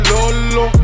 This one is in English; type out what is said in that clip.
Lolo